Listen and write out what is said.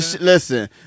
listen